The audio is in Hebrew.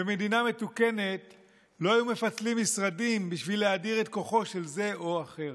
במדינה מתוקנת לא היו מפצלים משרדים בשביל להאדיר את כוחו של זה או אחר.